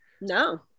No